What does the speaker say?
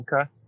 Okay